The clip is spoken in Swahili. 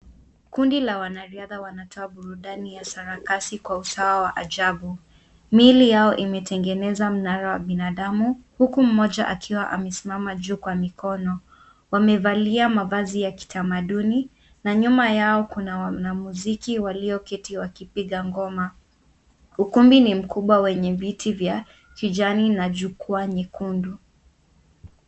Kundi la wanariadhwa wanatoa burudani ya sarakasi kwa usawa wa ajabu. Miili yao imetengeneza mnara wa binadamu huku mmoja akiwa amesimama juu kwa mikono. Wamevalia mavazi ya kitamaduni na nyuma yao kuna wanamuziki walioketi wakipiga ngoma. Ukumbi ni mkubwa wenye viti vya kijani na jukwaa nyekundu.